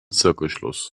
zirkelschluss